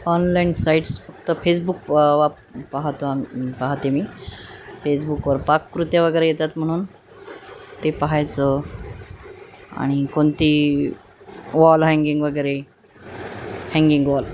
online sites फक्त Facebook वाप पाहतो आम पाहाते मी फेसबुकवर पाककृत्या वगैरे येतात म्हणून ते पहायचं आणि कोणती वॉल हँगिंग वगैरे हँंगिंग वॉल